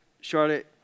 Charlotte